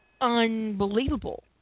Unbelievable